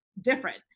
different